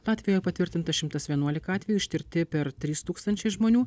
latvijoj patvirtinta šimtas vienuolika atvejų ištirti per trys tūkstančiai žmonių